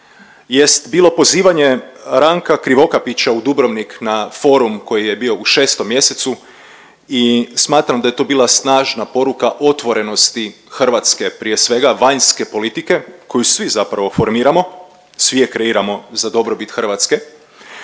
jest bilo pozivanje Ranka Krivokapića u Dubrovnik na forum koji je bio u 6. mjesecu i smatram da je to bila snažna poruka otvorenosti Hrvatske prije svega vanjske politike koju svi zapravo formiramo, svi je kreiramo za dobrobit Hrvatske.